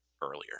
earlier